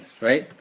right